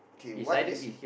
okay what is